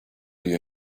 you